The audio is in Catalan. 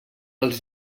els